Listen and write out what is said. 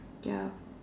ya